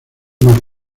más